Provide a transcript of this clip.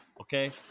Okay